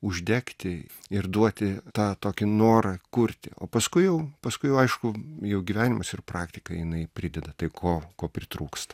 uždegti ir duoti tą tokį norą kurti o paskui jau paskui aišku jau gyvenimas ir praktika jinai prideda tai ko ko pritrūksta